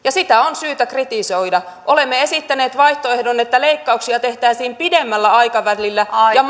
sitä on syytä kritisoida olemme esittäneet vaihtoehdon että leikkauksia tehtäisiin pidemmällä aikavälillä ja